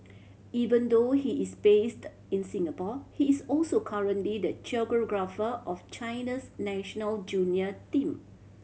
even though he is based in Singapore he is also currently the choreographer of China's national junior team